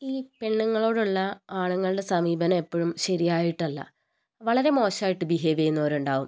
ഈ പെണ്ണുങ്ങളോടുള്ള ആണുങ്ങൾടെ സമീപനം എപ്പോഴും ശരിയായിട്ടല്ല വളരെ മോശായിട്ട് ബിഹേവ് ചെയ്യുന്നവരുണ്ടാവും